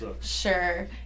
sure